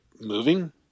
moving